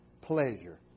pleasure